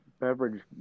beverage